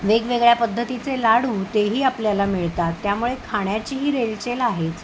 वेगवेगळ्या पद्धतीचे लाडू तेही आपल्याला मिळतात त्यामुळे खाण्याचीही रेलचेल आहेच